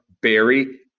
Barry